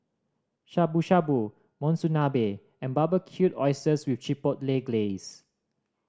Shabu Shabu Monsunabe and Barbecued Oysters with Chipotle Glaze